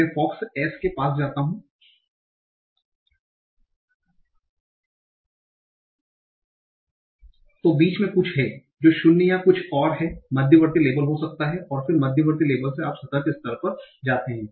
मैं फॉक्स S के पास जाता हूं तो बीच में कुछ है जो शून्य या कुछ और है मध्यवर्ती लेबल हो सकता है और फिर मध्यवर्ती लेबल से आप सतह के स्तर पर जाते हैं